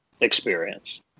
experience